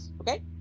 okay